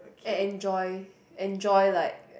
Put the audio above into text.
and enjoy enjoy like